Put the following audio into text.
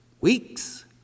weeks